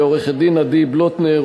ועורכת-הדין עדי בלוטנר,